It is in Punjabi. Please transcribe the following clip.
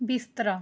ਬਿਸਤਰਾ